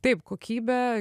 taip kokybė